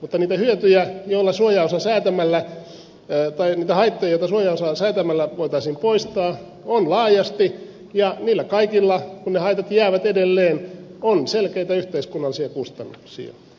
mutta niitä haittoja joita suojaosaa säätämällä voitaisiin poistaa on laajasti ja niillä kaikilla kun ne haitat jäävät edelleen on selkeitä yhteiskunnallisia kustannuksia